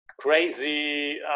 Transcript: crazy